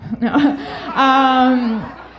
No